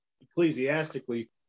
ecclesiastically